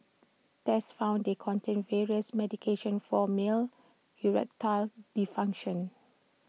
tests found they contained various medications for male erectile dysfunction